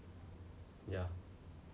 ya